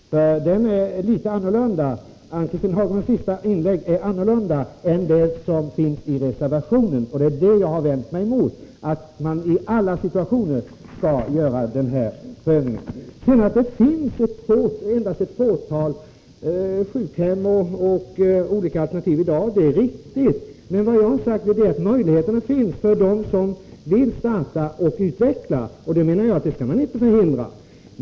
Herr talman! Det är bra med denna korrigering. Ann-Cathrine Haglunds sista inlägg är annorlunda än vad som sägs i reservationen, som jag har vänt mig mot — att man i alla situationer skall göra en sådan här prövning. Det är riktigt att det endast finns ett fåtal olika alternativ när det gäller sjukhem. Men det jag har sagt är att möjligheterna finns för dem som vill starta och utveckla sådana, och sådana initiativ menar jag att man inte skall förhindra.